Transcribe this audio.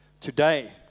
Today